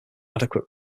adequate